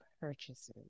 purchases